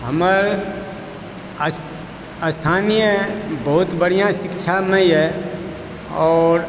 हमर स्थानीय बहुत बढ़िया शिक्षामे येए और